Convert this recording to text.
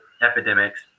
epidemics